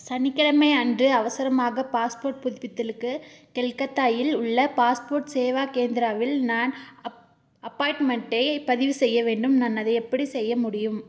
சனிக்கிழமை அன்று அவசரமாக பாஸ்போர்ட் புதுப்பித்தலுக்கு கெல்கத்தாயில் உள்ள பாஸ்போர்ட் சேவா கேந்திராவில் நான் அப் அப்பாயிண்ட்மெண்ட்டை பதிவு செய்ய வேண்டும் நான் அதை எப்படி செய்ய முடியும்